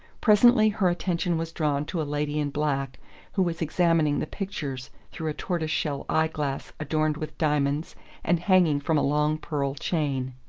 presently her attention was drawn to a lady in black who was examining the pictures through a tortoise-shell eye-glass adorned with diamonds and hanging from a long pearl chain.